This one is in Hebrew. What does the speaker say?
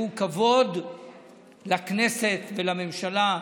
שהוא כבוד לכנסת ולממשלה.